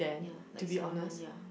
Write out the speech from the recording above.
ya like seven month ya